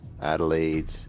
Adelaide